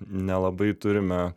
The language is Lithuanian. nelabai turime